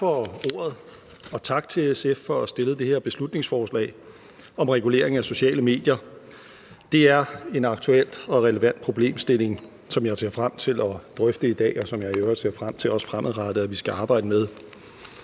Tak for ordet, og tak til SF for at fremsætte det her beslutningsforslag om reguleringen af sociale medier. Det er en aktuel og relevant problemstilling, som jeg ser frem til at drøfte i dag, og som jeg i øvrigt ser frem til, at vi også fremadrettet skal arbejde med.